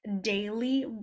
daily